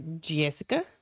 Jessica